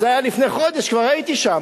זה היה לפני חודש, וכבר הייתי שם.